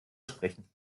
sprechen